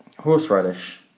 horseradish